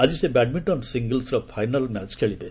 ଆଜି ସେ ବ୍ୟାଡମିଣ୍ଟନ ସିଙ୍ଗିଲ୍ସର ଫାଇନାଲ୍ ମ୍ୟାଚ୍ ଖେଳିବେ